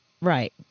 Right